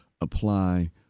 apply